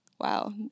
Wow